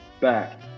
back